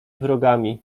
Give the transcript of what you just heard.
wrogami